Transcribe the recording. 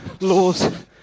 laws